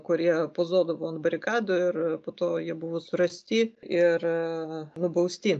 kurie pozuodavo ant barikadų ir po to jie buvo surasti ir nubausti